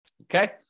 Okay